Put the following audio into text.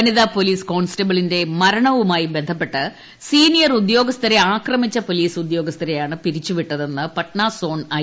വനിതാ പോലീസ് കോൺസ്റ്റബിളിന്റെ മരണവുമായി ബന്ധപ്പെട്ട് സീനിയർ ഉദ്യോഗസ്ഥരെ ആക്രമീച്ച പോലീസ് ഉദ്യോഗസ്ഥരെയാണ് പിരിച്ചുവിട്ടതെന്ന് പാട്ന സോണൽ ഐ